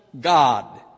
God